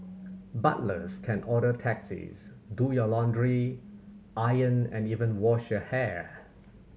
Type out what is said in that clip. butlers can order taxis do your laundry iron and even wash your hair